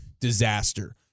Disaster